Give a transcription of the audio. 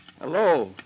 Hello